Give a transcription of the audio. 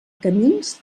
camins